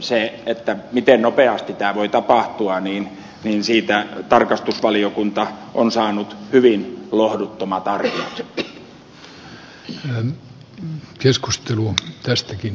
se miten nopeasti tämä voi tapahtua siitä tarkastusvaliokunta on saanut hyvin lohduttomat arviot